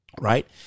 Right